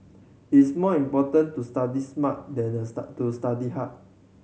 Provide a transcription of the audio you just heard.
it's more important to study smart than the to study hard